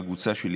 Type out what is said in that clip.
בקבוצה שלי,